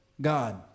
god